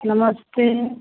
नमस्ते